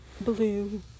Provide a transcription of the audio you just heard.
blue